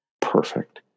perfect